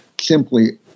simply